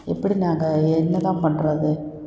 எப்படி நாங்கள் என்னதான் பண்றது